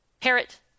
parrot